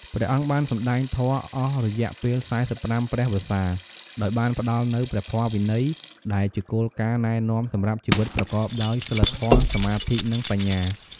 ព្រះអង្គបានសម្ដែងធម៌អស់រយៈពេល ៤៥ ព្រះវស្សា ដោយបានផ្ដល់នូវ ព្រះធម៌វិន័យ ដែលជាគោលការណ៍ណែនាំសម្រាប់ជីវិតប្រកបដោយសីលធម៌ សមាធិ និងបញ្ញា។